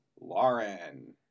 Lauren